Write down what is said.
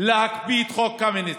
להקפיא את חוק קמיניץ,